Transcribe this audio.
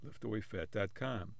LiftAwayFat.com